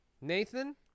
Nathan